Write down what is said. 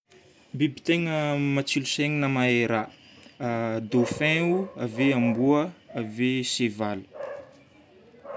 Biby tegna matsilo saina, mahay raha: dauphin, ave amboa, ave sevaly.